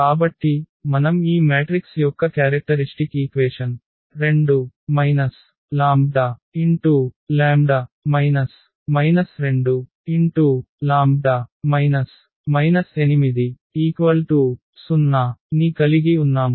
కాబట్టి మనం ఈ మ్యాట్రిక్స్ యొక్క క్యారెక్టరిష్టిక్ ఈక్వేషన్2 λλ 2λ 8 0 ని కలిగి ఉన్నాము